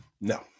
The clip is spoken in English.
no